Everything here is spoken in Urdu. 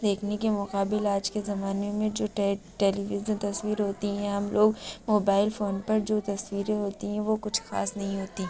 دیکھنے کے مقابل آج کے زمانے میں جو ٹیلیویژن تصویر ہوتی ہیں ہم لوگ موبائل فون پر جو تصویریں ہوتی ہیں وہ کچھ خاص نہیں ہوتیں